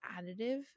additive